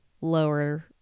lower